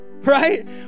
Right